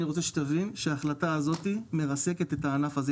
אני רוצה שתבין שההחלטה הזאת מרסקת את הענף הזה.